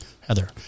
Heather